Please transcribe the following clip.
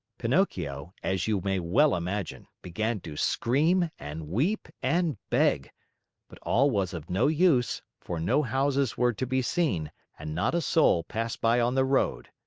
pinocchio, as you may well imagine, began to scream and weep and beg but all was of no use, for no houses were to be seen and not a soul passed by on the road.